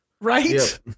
Right